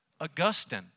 Augustine